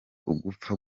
ugupfa